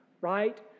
right